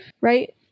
right